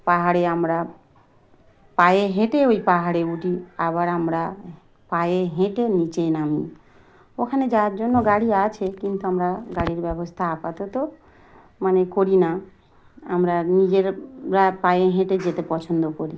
পাহাড়ে আমরা পায়ে হেঁটে ওই পাহাড়ে উঠি আবার আমরা পায়ে হেঁটে নিচে নামি ওখানে যাওয়ার জন্য গাড়ি আছে কিন্তু আমরা গাড়ির ব্যবস্থা আপাতত মানে করি না আমরা নিজের পায়ে হেঁটে যেতে পছন্দ করি